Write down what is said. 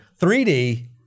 3D